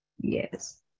Yes